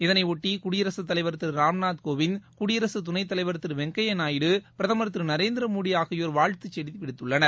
இதனைபொட்டி குடியரசுத் தலைவர் திரு ராம்நாத் கோவிந்த் குடியரசு துணைத்தலைவர் திரு வொங்கையா நாயுடு பிரதமர் திரு நரேந்திரமோடி ஆகியோர் வாழ்த்துச் செய்தி விடுத்துள்ளனர்